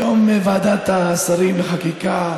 היום ועדת השרים לחקיקה